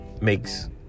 makes